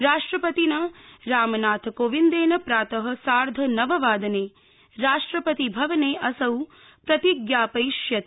राष्ट्रपतिना रामनाथकोविन्देन प्रातः सार्धनववादने राष्ट्रपतिभवने असौ प्रतिज्ञापयिष्यते